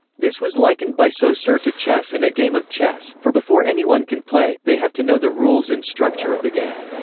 this was likened by so saussure to chess and a game of chess, for before anyone can play, they have to know the rules and structure of the game.